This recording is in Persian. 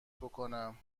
بکنم